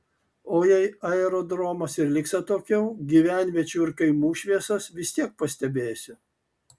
o jei aerodromas ir liks atokiau gyvenviečių ir kaimų šviesas vis tiek pastebėsiu